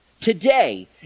Today